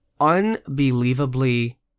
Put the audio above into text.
unbelievably